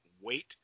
wait